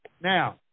Now